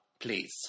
Please